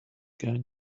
gang